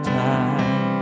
time